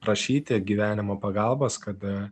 prašyti gyvenimo pagalbos kad